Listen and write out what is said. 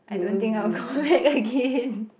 I don't think I'll go back again